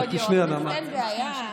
כבוד יו"ר הישיבה, אין בעיה.